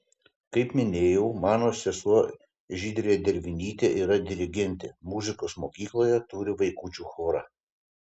kaip minėjau mano sesuo žydrė dervinytė yra dirigentė muzikos mokykloje turi vaikučių chorą